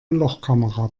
lochkamera